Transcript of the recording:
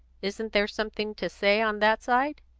isn't there something to say on that side?